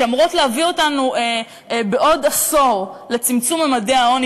שאמורות להביא אותנו בעוד עשור לצמצום ממדי העוני